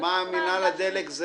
ומה לגבי מינהל הדלק?